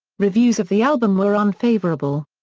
reviews of the album were unfavourable.